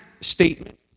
statement